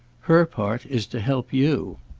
her part is to help you.